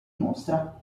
mostra